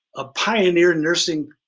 a pioneer nursing